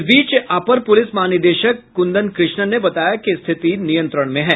इस बीच अपर पुलिस महानिदेशक कुंदन कृष्णन ने बताया कि स्थिति नियंत्रण में है